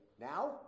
now